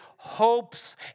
hopes